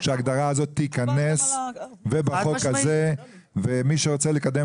שההגדרה הזאת תיכנס בחוק הזה ומי שרוצה לקדם